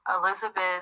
Elizabeth